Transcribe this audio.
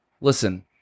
listen